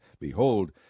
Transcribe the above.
Behold